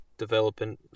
developing